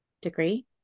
degree